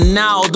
now